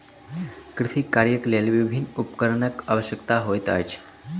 कृषि कार्यक लेल विभिन्न उपकरणक आवश्यकता होइत अछि